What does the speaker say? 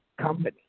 company